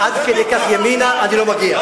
אני קצר ראייה ועד כדי כך ימינה אני לא מגיע,